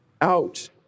out